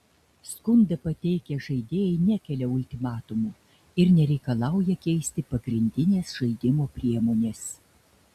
skundą pateikę žaidėjai nekelia ultimatumų ir nereikalauja keisti pagrindinės žaidimo priemonės